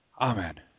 Amen